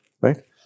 Right